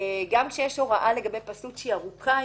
אם תהיה עבירה אחת או שתיים שפספסנו, אז פספסנו,